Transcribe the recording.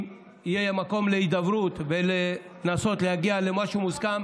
אם יהיה מקום להידברות ולנסות להגיע למשהו מוסכם,